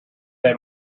they